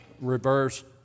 reversed